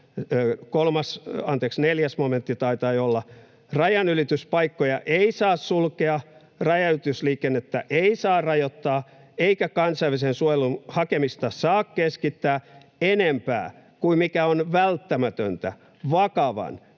olla jo 4 momentti: ”Rajanylityspaikkoja ei saa sulkea, ra-janylitysliikennettä ei saa rajoittaa eikä kansainvälisen suojelun hakemista saa keskittää enempää kuin mikä on välttämätöntä vakavan